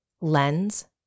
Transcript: lens